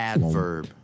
Adverb